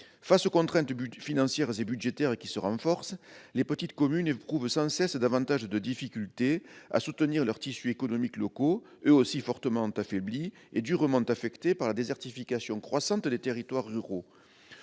Face aux contraintes financières et budgétaires qui se renforcent, les petites communes éprouvent sans cesse davantage de difficultés à soutenir le tissu économique local, lui aussi fortement affaibli et durement affecté par la désertification croissante des territoires ruraux.